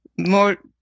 more